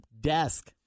desk